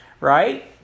right